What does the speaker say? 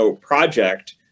project